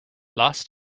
lost